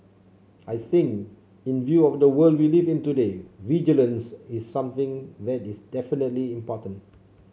I think in view of the world we live in today vigilance is something that is definitely important